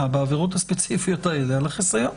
בעבירות הספציפיות האלה על החיסיון.